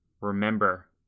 remember